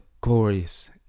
glorious